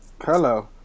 Hello